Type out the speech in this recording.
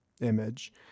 image